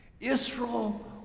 Israel